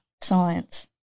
science